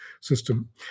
system